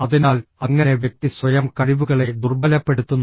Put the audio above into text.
അതിനാൽ അങ്ങനെ വ്യക്തി സ്വയം കഴിവുകളെ ദുർബലപ്പെടുത്തുന്നു